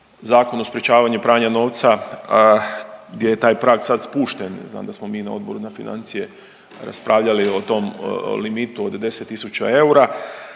Zakonu o sprječavanju pranja novca gdje je taj prag sad spušten, znam da smo mi na Odboru za financije raspravljali o tom limitu od 10 tisuća eura,